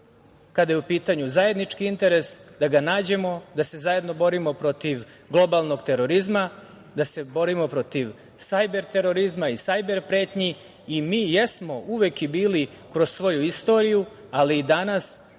kada je u pitanju zajednički interes, da ga nađemo, da se zajedno borimo protiv globalnog terorizma, da se borimo protiv sajber terorizma i sajber pretnji. Mi jesmo uvek i bili kroz svoju istoriju, ali i danas,